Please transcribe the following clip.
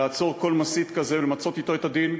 לעצור כל מסית כזה ולמצות אתו את הדין,